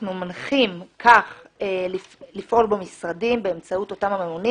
אנחנו מנחים כך לפעול במשרדים באמצעות אותם ממונים